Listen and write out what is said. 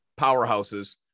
powerhouses